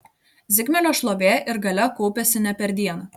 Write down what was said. zigmelio šlovė ir galia kaupėsi ne per dieną